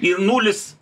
ir nulis